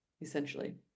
essentially